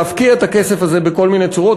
להפקיע את הכסף הזה בכל מיני צורות.